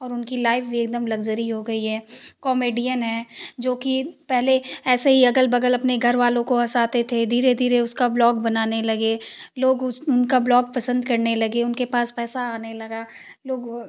और उनकी लाइफ़ भी एकदम लग्ज़री हो गई है कॉमेडियन हैं जोकि पहले ऐसे ही अगल बगल अपने घरवालों को हँसाते थे धीरे धीरे उसका ब्लॉग़ बनाने लगे लोग उस उनका ब्लॉग़ पसन्द करने लगे उनके पास पैसा आने लगा लोग